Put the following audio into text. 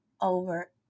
over